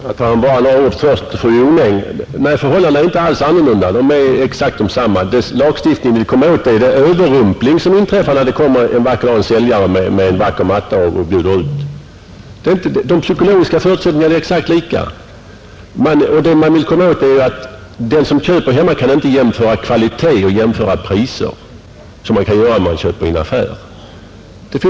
Herr talman! Först några ord till fru Jonäng. Förhållandena är inte alls annorlunda utan exakt desamma i det fallet att köparen får varan i sin hand. Det lagstiftningen vill komma åt är den överrumpling som inträffar när det en vacker dag kommer en försäljare och bjuder ut exempelvis en vacker matta. Den som köper hemma kan inte jämföra kvalitet och pris som man kan göra när man köper i en affär.